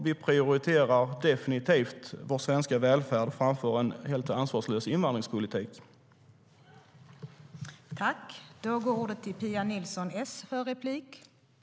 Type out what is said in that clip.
Vi prioriterar definitivt vår svenska välfärd framför en helt ansvarslös invandringspolitik.